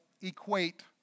equate